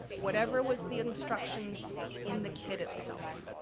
whatever was the instructions in the kit itself.